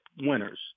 winners